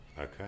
Okay